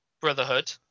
Brotherhood